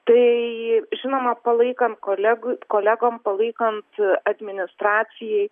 tai žinoma palaikant kolegų kolegom palaikant administracijai